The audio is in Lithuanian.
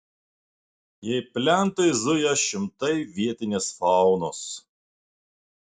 jei plentais zuja šimtai vietinės faunos